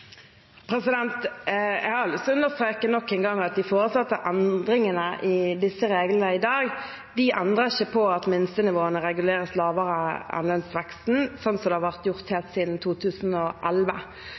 Jeg har lyst til å understreke nok en gang at de foreslåtte endringene i disse reglene i dag, de endrer ikke på at minstenivåene reguleres lavere enn lønnsveksten, slik det har vært gjort